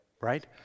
right